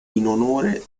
onore